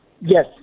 Yes